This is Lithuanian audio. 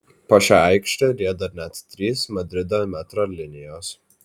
po šia aikšte rieda net trys madrido metro linijos